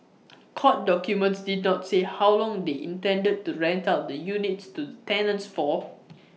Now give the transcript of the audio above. court documents did not say how long they intended to rent out the units to the tenants for